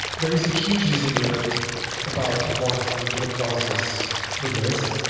there is a huge disagreement about what maybe the cause is for this.